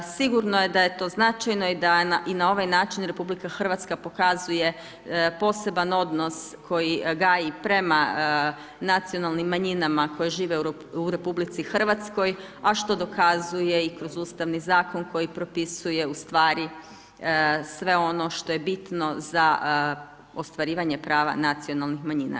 Sigurno da je to značajno i da i na ovaj način RH pokazuje poseban odnos koji gaji prema nacionalnim manjinama koje žive u RH, a što dokazuje i kroz Ustavni zakon koji propisuje u stvari sve ono što je bitno za ostvarivanje prava nacionalnih manjina.